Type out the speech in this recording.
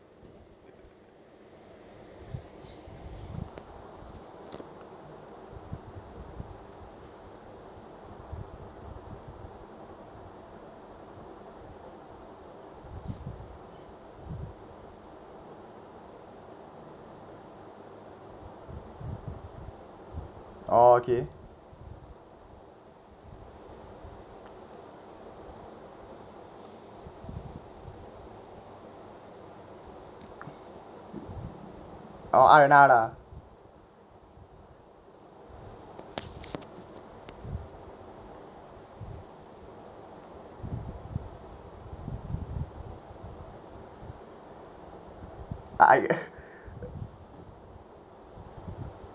orh okay orh R and R lah I